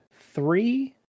three